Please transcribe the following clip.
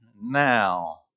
now